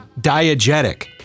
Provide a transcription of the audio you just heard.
diegetic